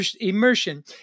immersion